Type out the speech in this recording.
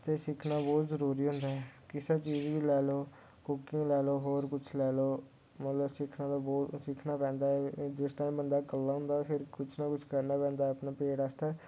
ते सिक्खना बहोत जरूरी होंदा ऐ किसै चीज दी बी लाई लैओ कुकिंग लाई लैओ होर कुछ लाई लैओ मतलब सिक्खना ते बहोत कुछ पेंदा ऐ जिस बैल्ले बंदा कल्ला होंदा ऐ फिर कुछ ना कुछ करना पेंदा अपने पेट आस्तै